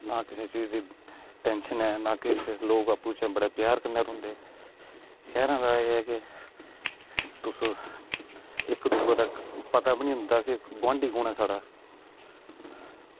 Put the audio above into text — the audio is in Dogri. ना किसे चीज दी टेंशन ऐ ना किश लोक आपूं बिचें बड़े प्यार कन्नै रौहंदे शैह्रें दा एह् ऐ कि तुस इक् दूऐ दा पता बी निं होंदा की गोआंढी कु'न ऐ साढ़ा